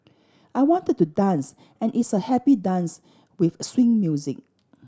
I wanted to dance and it's a happy dance with swing music